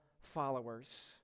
followers